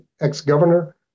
ex-governor